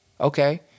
okay